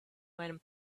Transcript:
when